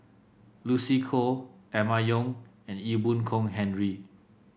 Lucy Koh Emma Yong and Ee Boon Kong Henry